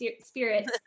spirits